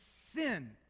sin